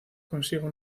consigo